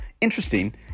interesting